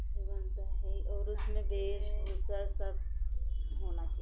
से बनता है और उसमें वेशभूषा सब होना